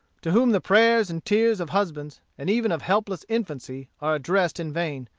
to whom the prayers and tears of husbands, and even of helpless infancy, are addressed in vain,